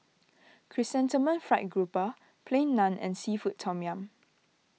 Chrysanthemum Fried Grouper Plain Naan and Seafood Tom Yum